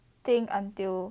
think until